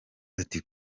ati